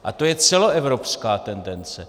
A to je celoevropská tendence.